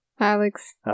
alex